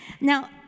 Now